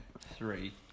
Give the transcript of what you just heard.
three